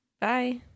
bye